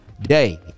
day